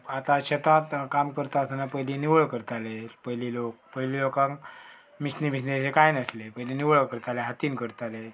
आतां शेतांत काम करता आसतना पयलीं निवळ करताले पयलीं लोक पयलीं लोकांक मिशनी बिजनीचें कांय नासलें पयलीं निवळ करताले हातीन करताले